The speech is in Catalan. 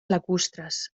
lacustres